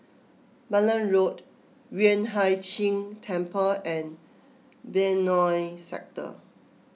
Malan Road Yueh Hai Ching Temple and Benoi Sector